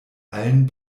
allen